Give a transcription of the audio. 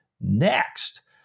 next